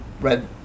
red